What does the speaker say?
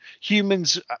Humans